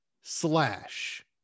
slash